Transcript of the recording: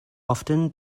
often